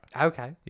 Okay